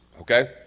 okay